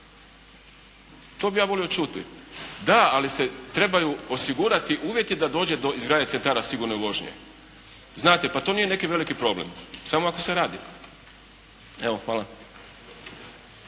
To bih ja volio čuti. Da, ali se trebaju osigurati uvjeti da dođe do izgradnje centara sigurne vožnje. Znate, pa to nije neki veliki problem, samo ako se radi. Evo, hvala.